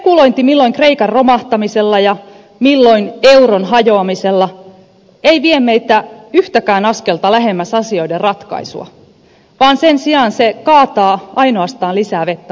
spekulointi milloin kreikan romahtamisella ja milloin euron hajoamisella ei vie meitä yhtäkään askelta lähemmäs asioiden ratkaisua vaan sen sijaan se kaataa ainoastaan lisää vettä markkinoiden myllyyn